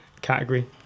category